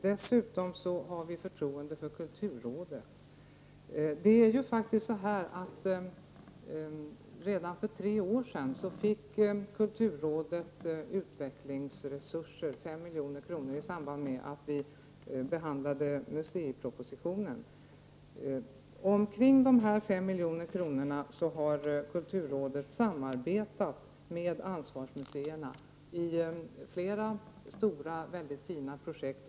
Dessutom har vi förtroende för kulturrådet. Redan för tre år sedan fick kulturrådet 5 milj.kr. i utvecklingsresurser i samband med att museipropositionen behandlades. Beträffande dessa 5 miljoner har kulturrådet samarbetat med ansvarsmuseerna när det gäller flera stora mycket fina projekt.